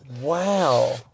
Wow